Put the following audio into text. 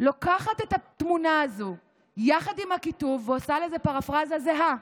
לוקחת את התמונה הזאת יחד עם הכיתוב ועושה לזה פרפראזה זהה.